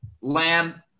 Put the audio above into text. Lamb